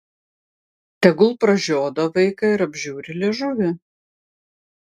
tegul pražiodo vaiką ir apžiūri liežuvį